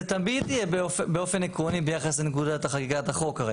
זה תמיד יהיה באופן עקרוני ביחס לנקודת חקיקת החוק.